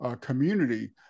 community